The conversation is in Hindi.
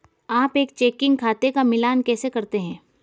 आप एक चेकिंग खाते का मिलान कैसे करते हैं?